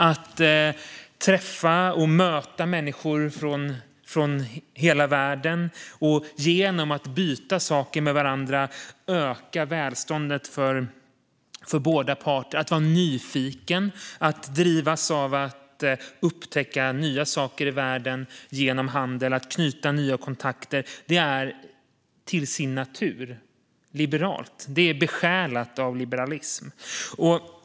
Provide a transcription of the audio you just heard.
Att möta människor från hela världen och genom att byta saker med varandra öka välståndet för båda parter, att vara nyfiken, att drivas av att upptäcka nya saker i världen genom handel och att knyta nya kontakter, det är till sin natur liberalt. Det är besjälat av liberalism.